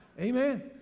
Amen